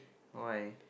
why